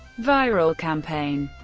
viral campaign